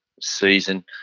season